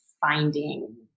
finding